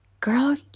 girl